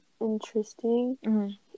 interesting